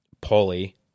polly